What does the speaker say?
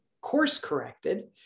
course-corrected